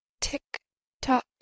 tick-tock